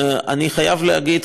אני חייב להגיד,